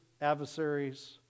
adversaries